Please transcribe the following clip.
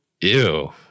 Ew